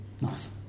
Nice